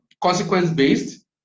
Consequence-based